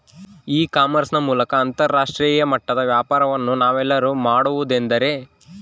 E commerce ನ ಮೂಲಕ ಅಂತರಾಷ್ಟ್ರೇಯ ಮಟ್ಟದ ವ್ಯಾಪಾರವನ್ನು ನಾವೆಲ್ಲರೂ ಮಾಡುವುದೆಂದರೆ?